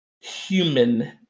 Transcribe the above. human